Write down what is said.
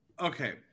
Okay